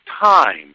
time